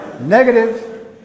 Negative